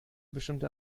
bestimmte